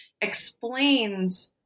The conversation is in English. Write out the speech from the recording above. explains